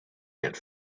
ant